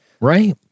right